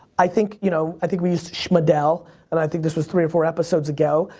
i think, you know, i think we use shmadele and i think this was three or four episodes ago.